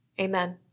Amen